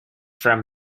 from